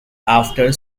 after